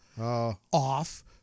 off